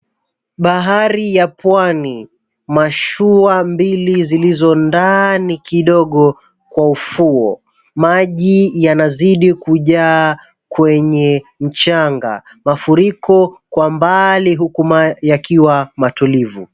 Bahari ya pwani, mashua mbili zilizo ndani kidogo kwa ufuo. Maji yanazidi kujaa kwenye mchanga. Mafuriko kwa mbali huku ma yakiwa matulivu.